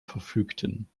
verfügten